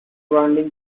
binding